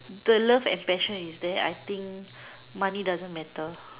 the love and passion is there I think money doesn't matter